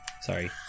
sorry